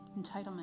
Entitlement